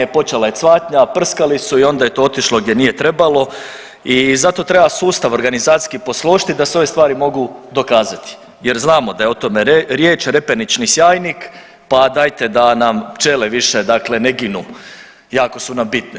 Počela je cvatnja, prskali su i onda je to otišlo gdje nije trebalo i zato treba sustav organizacijski posložiti da se ove stvari mogu dokazati jer znamo da je o tome riječ repenični sjajnik, pa dajte da nam pčele više dakle ne ginu, jako su nam bitne.